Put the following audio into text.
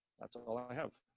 that's all i have.